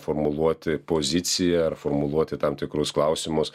formuluoti poziciją ar formuluoti tam tikrus klausimus